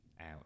out